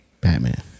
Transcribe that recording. Batman